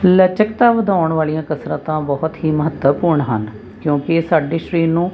ਲਚਕਤਾ ਵਧਾਉਣ ਵਾਲੀਆਂ ਕਸਰਤਾਂ ਬਹੁਤ ਹੀ ਮਹੱਤਵਪੂਰਨ ਹਨ ਕਿਉਂਕਿ ਸਾਡੇ ਸਰੀਰ ਨੂੰ